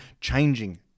changing